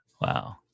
Wow